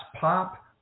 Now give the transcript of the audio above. pop